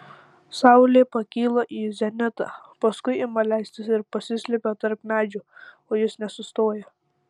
saulė pakyla į zenitą paskui ima leistis ir pasislepia tarp medžių o jis nesustoja